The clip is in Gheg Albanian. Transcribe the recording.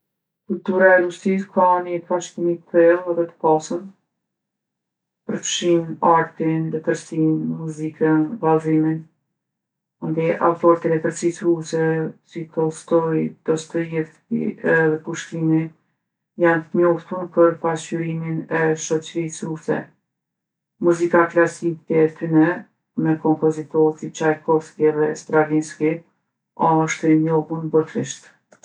Kultura e Rusisë ka ni trashigimi t'thellë edhe t'pasun. Përfshinë artin, letërsinë, muzikën, vallzimin. Mandej autort e letvrsisë ruse, si Tollstoi, Dostojevski edhe Pushkini, janë t'njoftun për pasqyrimin e shoqrisë ruse. Muzika klasike e tyne, me kompozitorë si Çajkovski edhe Stravinski, osht e njohun botrisht.